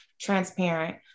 transparent